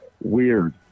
weird